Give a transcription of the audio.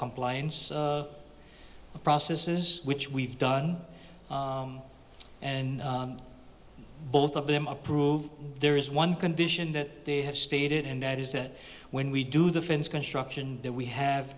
compliance processes which we've done and both of them approved there is one condition that they have stated and that is that when we do the fence construction that we have